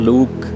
Luke